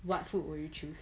what food will you choose